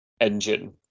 engine